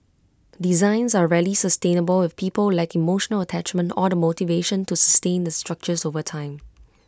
designs are rarely sustainable if people lack emotional attachment or the motivation to sustain the structures over time